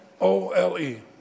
O-L-E